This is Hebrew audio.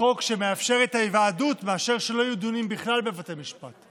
חוק שמאפשר את ההיוועדות מאשר שלא יהיו דיונים בכלל בבתי משפט,